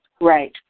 Right